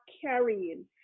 carrying